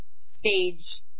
stage